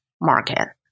market